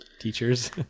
teachers